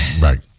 Right